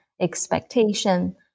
expectation